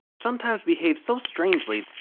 sometimes behave so strangely.